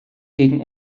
gegen